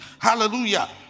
Hallelujah